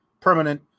permanent